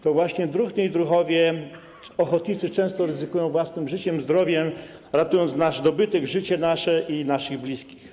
To właśnie druhny i druhowie ochotnicy często ryzykują własnym życiem i zdrowiem, ratując nasz dobytek, życie nasze i naszych bliskich.